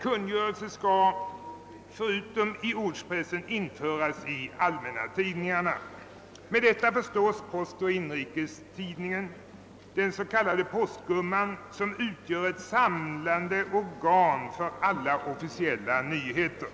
Kungörelse skall förutom i ortspressen införas i allmänna tidningarna. Med detta förstås Postoch Inrikes Tidningar, den s.k. Postgumman, som utgör ett samlande organ för alla officiella nyheter.